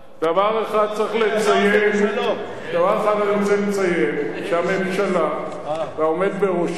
דבר אחד אני רוצה לציין, שהממשלה והעומד בראשה,